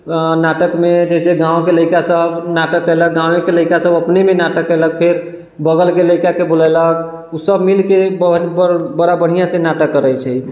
नाटकमे जइसे गामके लइका सब नाटक केलक गाँवेके लइका सब अपनेमे नाटक केलक फेर बगलके लइकाके बोलैलक ओसब मिलिके बड़ा बढ़िआँसँ नाटक करै छै